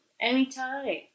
Anytime